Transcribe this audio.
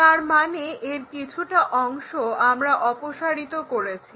তারমানে এর কিছুটা অংশ আমরা অপসারিত করেছি